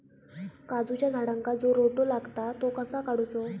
काजूच्या झाडांका जो रोटो लागता तो कसो काडुचो?